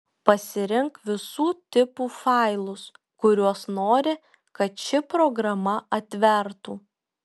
pasirink visų tipų failus kuriuos nori kad ši programa atvertų